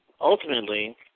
ultimately